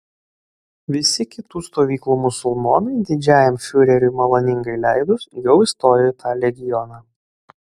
visi kitų stovyklų musulmonai didžiajam fiureriui maloningai leidus jau įstojo į tą legioną